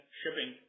shipping